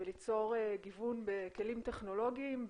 וליצור גיוון בכלים טכנולוגיים,